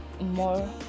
more